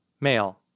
Male